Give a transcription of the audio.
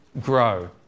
grow